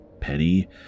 penny